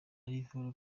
álvaro